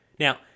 Now